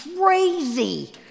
crazy